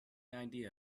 idea